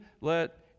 let